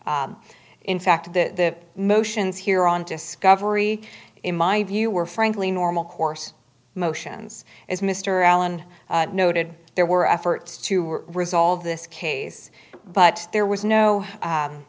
in fact the motions here on discovery in my view were frankly normal course motions as mr allen noted there were efforts to resolve this case but there was no